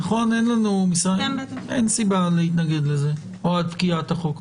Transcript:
אין סיבה להתנגד לזה או עד פגיעת החוק.